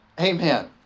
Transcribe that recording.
Amen